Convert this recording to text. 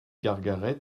gargaret